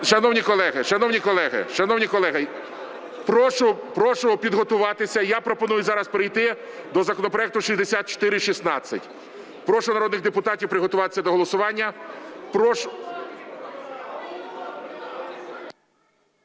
Шановні колеги, прошу підготуватися, я пропоную зараз перейти до законопроекту 6416. Прошу народних депутатів приготуватися до голосування.